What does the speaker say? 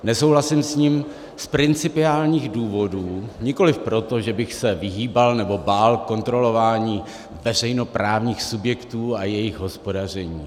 Nesouhlasím s ním z principiálních důvodů, nikoliv proto, že bych se vyhýbal nebo bál kontrolování veřejnoprávních subjektů a jejich hospodaření.